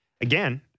again